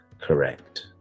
correct